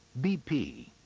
bp,